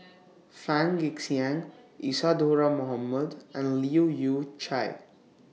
Fang Guixiang Isadhora Mohamed and Leu Yew Chye